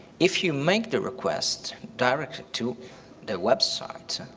if you make the request directly to that website,